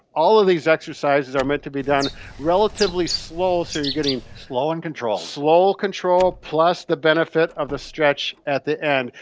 all of these exercises are meant to be done relatively slow, so you're getting slow and controlled. slow control plus the benefit of the stretch at the end.